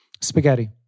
Spaghetti